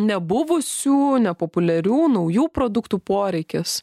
nebuvusių nepopuliarių naujų produktų poreikis